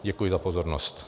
Děkuji za pozornost.